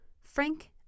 frank